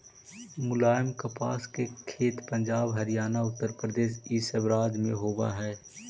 मुलायम कपास के खेत पंजाब, हरियाणा, उत्तरप्रदेश इ सब राज्य में होवे हई